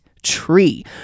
tree